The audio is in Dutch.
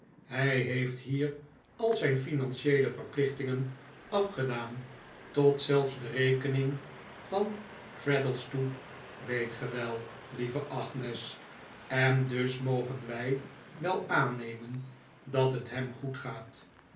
hij heeft hier al zijn financieele verplichtingen afgedaan tot zelfs de rekening van traddles toe weet ge wel lieve agnes en dus mogen wij wel aannemen dat het hem goed gaat